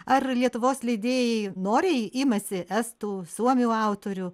ar lietuvos leidėjai noriai imasi estų suomių autorių